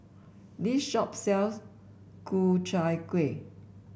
this shop sells Ku Chai Kuih